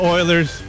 Oilers